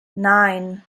nine